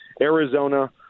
Arizona